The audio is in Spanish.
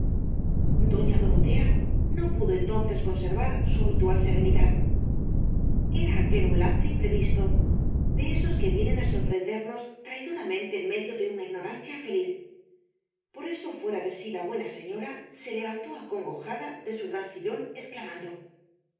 doña dorotea no pudo entonces conservar su habitual serenidad era aquel un lance imprevisto de esos que vienen á sorprendernos traidoramente en medio de una ignorancia feliz por eso fuera de sí la buena señora se levantó acongojada de su gran sillón exclamando